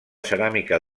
ceràmica